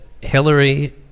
hillary